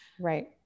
Right